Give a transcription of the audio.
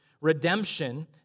redemption